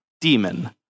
demon